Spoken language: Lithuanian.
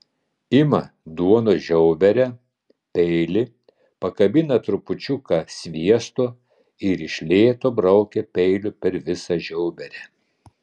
ima duonos žiauberę peilį pakabina trupučiuką sviesto ir iš lėto braukia peiliu per visą žiauberę